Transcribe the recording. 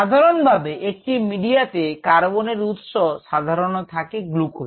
সাধারণভাবে একটি মিডিয়াতে কার্বন এর উৎস সাধারণ থাকে গ্লুকোজ